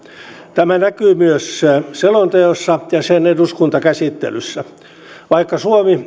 tämä näkyy myös selonteossa ja sen eduskuntakäsittelyssä vaikka suomi